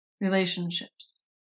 Relationships